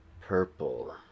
purple